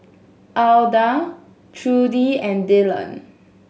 Alda Trudi and Dillan